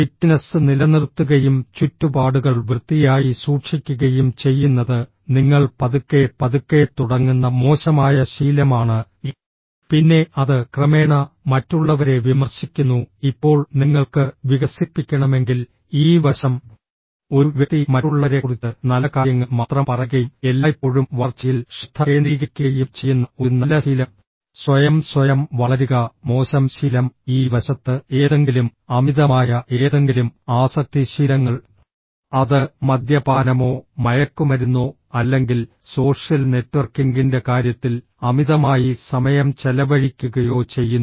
fitness നിലനിർത്തുകയും ചുറ്റുപാടുകൾ വൃത്തിയായി സൂക്ഷിക്കുകയും ചെയ്യുന്നത് നിങ്ങൾ പതുക്കെ പതുക്കെ തുടങ്ങുന്ന മോശമായ ശീലമാണ് പിന്നെ അത് ക്രമേണ മറ്റുള്ളവരെ വിമർശിക്കുന്നു ഇപ്പോൾ നിങ്ങൾക്ക് വികസിപ്പിക്കണമെങ്കിൽ ഈ വശം ഒരു വ്യക്തി മറ്റുള്ളവരെക്കുറിച്ച് നല്ല കാര്യങ്ങൾ മാത്രം പറയുകയും എല്ലായ്പ്പോഴും വളർച്ചയിൽ ശ്രദ്ധ കേന്ദ്രീകരിക്കുകയും ചെയ്യുന്ന ഒരു നല്ല ശീലം സ്വയം സ്വയം വളരുക മോശം ശീലം ഈ വശത്ത് ഏതെങ്കിലും അമിതമായ ഏതെങ്കിലും ആസക്തി ശീലങ്ങൾ അത് മദ്യപാനമോ മയക്കുമരുന്നോ അല്ലെങ്കിൽ സോഷ്യൽ നെറ്റ്വർക്കിംഗിന്റെ കാര്യത്തിൽ അമിതമായി സമയം ചെലവഴിക്കുകയോ ചെയ്യുന്നു